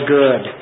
good